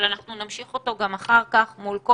אבל אנחנו נמשיך אותו גם אחר כך מול כל